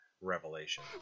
Revelation